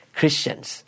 Christians